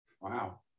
Wow